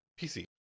PC